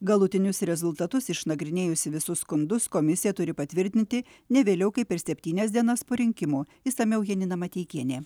galutinius rezultatus išnagrinėjusi visus skundus komisija turi patvirtinti ne vėliau kaip per septynias dienas po rinkimų išsamiau janina mateikienė